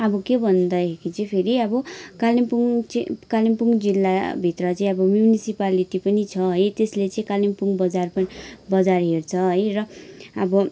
अब के भन्दाखेरि चाहिँ फेरि अब कालिम्पोङ चाहिँ कालिम्पोङ जिल्लाभित्र चाहिँ अब म्युनिसिप्यालिटी पनि छ है त्यसले चाहिँ कालिम्पोङ बजार पनि बजार हेर्छ है र अब